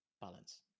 balance